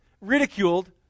ridiculed